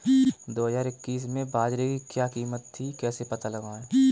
दो हज़ार इक्कीस में बाजरे की क्या कीमत थी कैसे पता लगाएँ?